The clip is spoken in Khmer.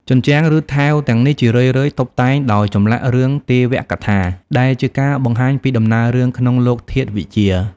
ជញ្ជាំងឬ ថែវទាំងនេះជារឿយៗតុបតែងដោយចម្លាក់រឿងទេវកថា ដែលជាការបង្ហាញពីដំណើររឿងក្នុងលោកធាតុវិទ្យា។